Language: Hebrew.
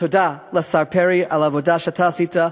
תודה לשר פרי על העבודה שאתה עשית,